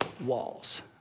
walls